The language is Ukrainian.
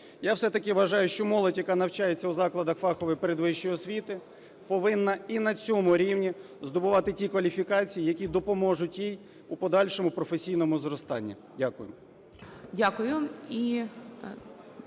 Я все-таки вважаю, що молодь, яка навчається у закладах фахової передвищої освіти, повинна і на цьому рівні здобувати ті кваліфікації, які допоможуть їй у подальшому професійному зростанні. Дякую.